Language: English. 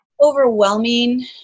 Overwhelming